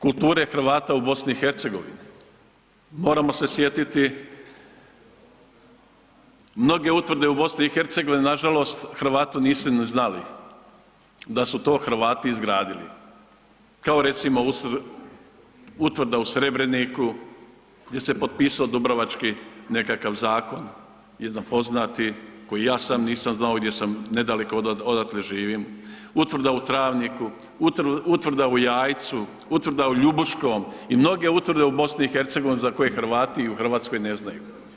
Sjetimo se kulture Hrvata u BiH, moramo se sjetiti, mnoge utvrde u BiH nažalost, Hrvati nisu ni znali da su to Hrvati izgradili, kao recimo utvrda u Srebreniku gdje se potpisao dubrovački nekakav zakon, jedan poznati, koji ja sam nisam znao, gdje sam nedaleko odatle živim, utvrda u Travniku, utvrda u Jajcu, utvrda u Ljubuškom i mnoge utvrde u BiH, za koje Hrvati i u Hrvatskoj ne znaju.